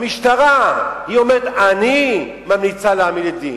המשטרה אומרת: אני ממליצה להעמיד לדין.